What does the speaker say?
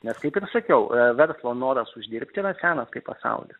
nes kaip ir sakiau verslo noras uždirbti yra senas kaip pasaulis